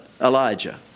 Elijah